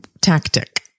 Tactic